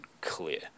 clear